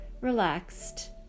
relaxed